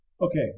Okay